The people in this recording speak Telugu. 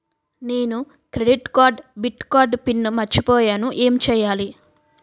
నేను క్రెడిట్ కార్డ్డెబిట్ కార్డ్ పిన్ మర్చిపోయేను ఎం చెయ్యాలి?